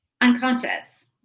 unconscious